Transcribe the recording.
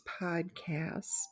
podcast